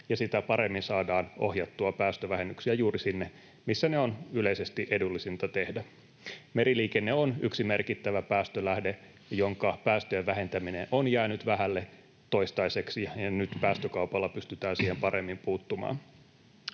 ja sitä paremmin saadaan ohjattua päästövähennyksiä juuri sinne, missä ne on yleisesti edullisinta tehdä. Meriliikenne on yksi merkittävä päästölähde, jonka päästöjen vähentäminen on jäänyt toistaiseksi vähälle, ja nyt päästökaupalla pystytään siihen paremmin puuttumaan.